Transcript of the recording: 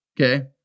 okay